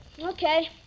Okay